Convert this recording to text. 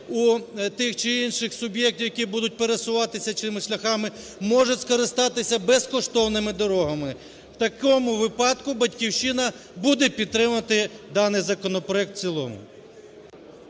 у тих чи інших суб'єктів, які будуть пересуватися чиїмось шляхами можуть скористатися безкоштовними дорогами. В такому випадку "Батьківщина" буде підтримувати даний законопроект в цілому.